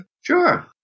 Sure